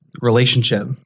relationship